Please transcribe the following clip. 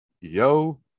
yo